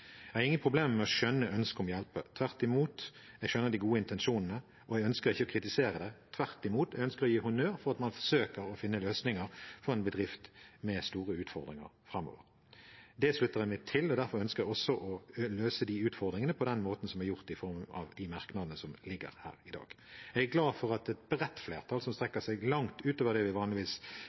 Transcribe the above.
er mindretallets prerogativ. Jeg har ingen problemer med å skjønne ønsket om å hjelpe, tvert imot. Jeg skjønner de gode intensjonene, og jeg ønsker ikke å kritisere det. Tvert imot ønsker jeg å gi honnør for at man forsøker å finne løsninger for en bedrift med store utfordringer framover. Det slutter jeg meg til, og derfor ønsker jeg også å løse de utfordringene på den måten som er gjort i form av de merknadene som ligger her i dag. Jeg er glad for at et bredt flertall, som strekker seg langt ut over det vi kanskje vanligvis